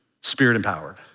spirit-empowered